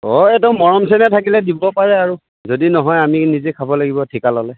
অঁ এইটো মৰম চেনেহ থাকিলে দিব পাৰে আৰু যদি নহয় আমি নিজে খাব লাগিব ঠিকা ল'লে